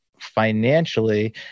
financially